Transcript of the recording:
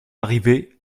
arriver